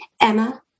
Emma